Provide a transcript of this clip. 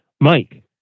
mike